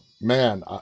man